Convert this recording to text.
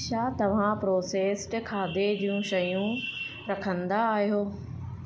छा तव्हां प्रोसेस्ड खाधे जूं शयूं रखंदा आहियो